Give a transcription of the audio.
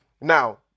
Now